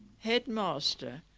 headmaster,